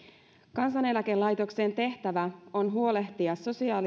kansaneläkelaitoksen tehtävä on huolehtia